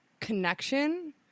connection